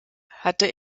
hatte